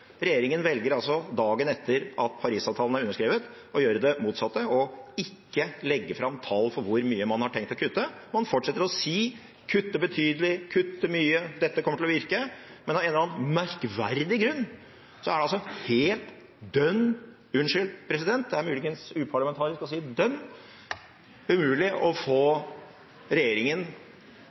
Regjeringen velger altså dagen etter at Paris-avtalen er underskrevet, å gjøre det motsatte: å ikke legge fram tall for hvor mye man har tenkt å kutte. Man fortsetter å si: kutte betydelig, kutte mye, dette kommer til å virke. Men av en eller annen merkverdig grunn er det helt dønn – unnskyld, president, det er muligens uparlamentarisk å si «dønn» – umulig å få regjeringen